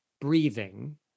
breathing